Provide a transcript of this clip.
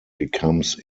becomes